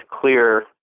clear